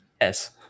Yes